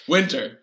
Winter